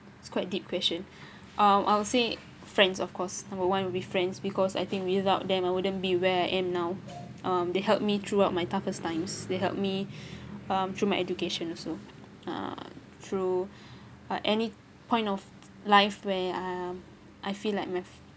it's quite deep question um I'll say friends of course number one will be friends because I think without them I wouldn't be where I am now um they helped me throughout my toughest times they helped me um through my education also uh through uh any point of life where um I feel like my